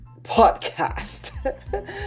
podcast